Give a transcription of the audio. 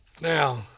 Now